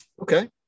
Okay